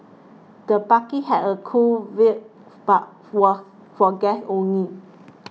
the party had a cool vibe but was for guests only